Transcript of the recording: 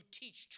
teach